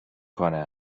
کنه